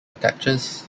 attaches